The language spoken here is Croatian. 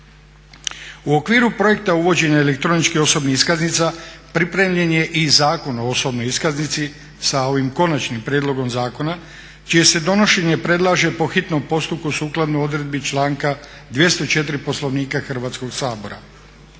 U okviru projekta uvođenja elektroničke osobne iskaznice pripremljen je i Zakon o osobnoj iskaznici sa ovim konačnim prijedlogom zakona čije se donošenje predlaže po hitnom postupku sukladno odredbi članka 204. Poslovnika Hrvatskog sabor.